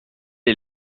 est